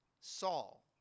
Saul